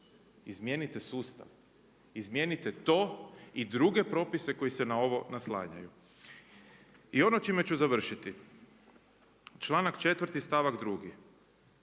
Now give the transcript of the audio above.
Izmijenite sustav, izmijenite to i druge propise koji se na ovo naslanjaju. I ono s čime ću završiti, članak 4. stavak 2.,